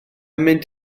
mynd